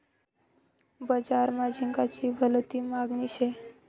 बजार मा झिंगाची भलती मागनी शे